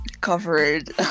covered